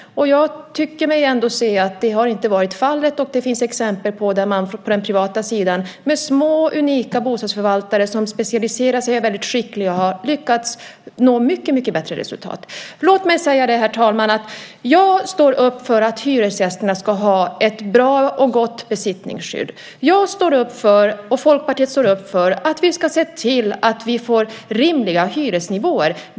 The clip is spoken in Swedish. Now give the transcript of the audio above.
Jag tycker mig ändå se att det inte har varit fallet. Det finns exempel på den privata sidan där små, unika bostadsförvaltare som specialiserar sig är väldigt skickliga och har lyckats nå mycket bättre resultat. Låt mig säga, herr talman, att jag står upp för att hyresgästerna ska ha ett bra och gott besittningsskydd. Jag och Folkpartiet står upp för att vi ska se till att vi får rimliga hyresnivåer.